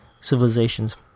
civilizations